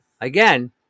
again